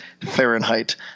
Fahrenheit